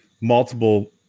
multiple